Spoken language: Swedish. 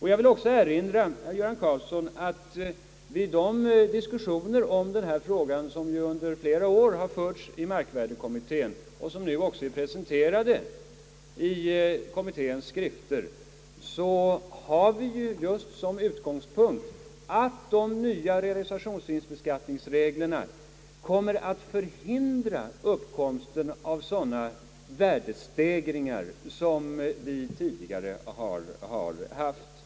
Jag vill också erinra herr Göran Karlsson om att vi i de diskussioner om denna fråga som under flera år förts i markvärdekommittén och som nu också är presenterade i kommitténs skrifter just har som utgångspunkt, att de nya realisationsvinstbeskattningsreglerna kommer att förhindra uppkomsten av sådana värdestegringar som vi tidigare haft.